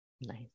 Nice